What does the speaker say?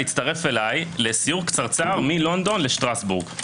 להצטרף אליי לסיור קצרצר מלונדון לשטרסבורג.